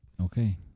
Okay